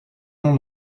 bon